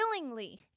willingly